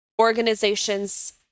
organizations